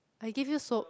I give you soap